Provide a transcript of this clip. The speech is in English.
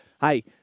hey